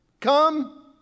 Come